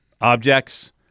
objects